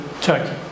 Turkey